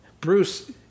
Bruce